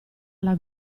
alla